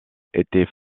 étaient